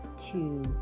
two